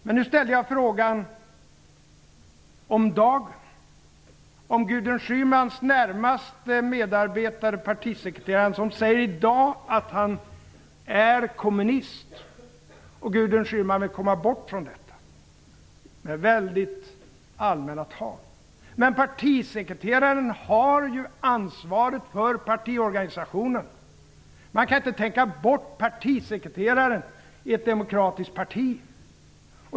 Men nu ställde jag en fråga om hur det är i dag. Gudrun Schymans närmaste medarbetare, partisekreteraren, säger i dag att han är kommunist, och Gudrun Schyman vill komma bort från detta med mycket allmänt tal. Men partisekreteraren har ansvaret för partiorganisationen. Man kan inte tänka bort partisekreteraren i ett demokratiskt parti.